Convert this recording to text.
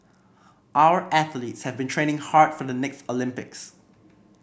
our athletes have been training hard for the next Olympics